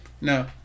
No